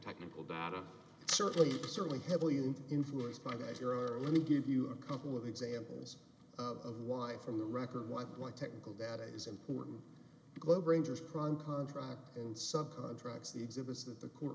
technical data certainly certainly heavily influenced by that you're let me give you a couple of examples of why from the record what like technical data is important globe rangers prime contract and sub contracts the exhibits that the court